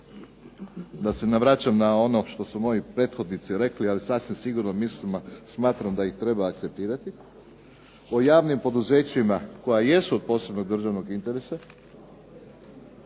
da se ne vraćam na ono što su moji prethodnici rekli, ali sasvim sigurno mislim i smatram da ih treba akceptirati po javnim poduzećima koja jesu od posebne državnog interesa.